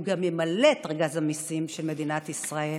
הוא גם ימלא את ארגז המיסים של מדינת ישראל